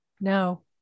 No